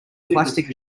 plastic